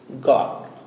God